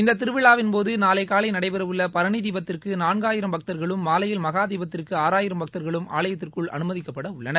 இந்த திருவிழாவின்போது நாளை காலை நடைபெறவுள்ள பரணி தீபத்திற்கு நான்காயிரம் பக்தர்களும் மாலையில் மகா தீபத்திற்கு ஆறாயிரம் பக்தா்களும் ஆலயத்திற்குள் அனுமதிக்கப்பட உள்ளனர்